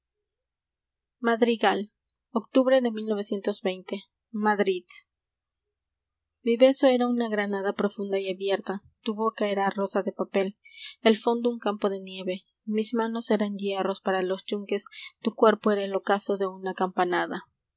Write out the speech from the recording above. l octubre de jgo beso era una granada m profunda y abierta tu boca era rosa de papel el fondo un campo de nieve mis manos eran hierros para los yunques tu cuerpo era el ocaso de una campanada